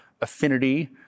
affinity